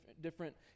different